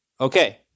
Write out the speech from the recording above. okay